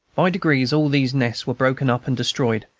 by degrees all these nests were broken up and destroyed,